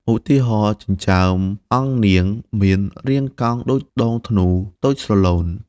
ឧទាហរណ៍ ចិញ្ចើមអង្គនាង មានរាងកោងដូចដងធ្នូ តូចស្រឡូន។